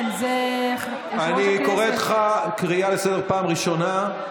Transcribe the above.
אני קורא אותך לסדר פעם ראשונה.